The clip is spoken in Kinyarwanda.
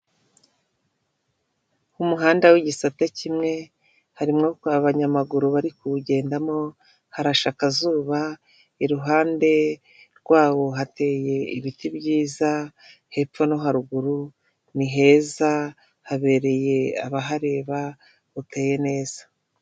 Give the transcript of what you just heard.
Umuhanda w'igisate kimwe harimwo abanyamaguru bari kuwugendamo harashe akazuba iruhande rwawo hateye ibiti byiza hepfo no haruguru ni heza habereye abahareba hateye neza .